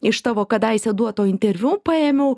iš tavo kadaise duoto interviu paėmiau